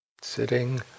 Sitting